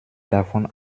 davon